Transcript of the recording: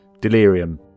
Delirium